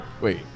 Wait